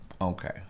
Okay